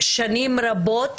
ששנים רבות,